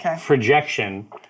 ...projection